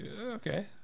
Okay